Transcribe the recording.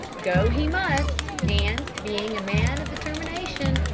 go he must, and, being a man of determination,